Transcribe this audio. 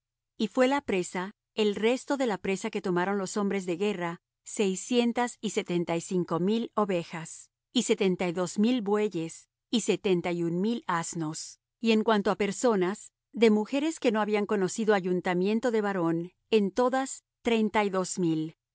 y fué la presa el resto de la presa que tomaron los hombres de guerra seiscientas y setenta y cinco mil ovejas y setenta y dos mil bueyes y setenta y un mil asnos y en cuanto á personas de mujeres que no habían conocido ayuntamiento de varón en todas trenita y dos mil